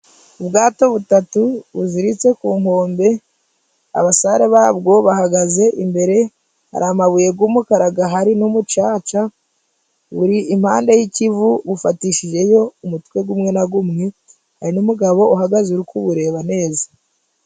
Ubwato butatu buziritse ku nkombe, abasare babwo bahagaze imbere. Hari amabuye g'umukara gahari n'umucaca, buri impande y'ikivu bufatishijeyo umutwe gumwe na gumwe, hari n' umugabo uhagaze uri kubureba neza.